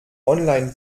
online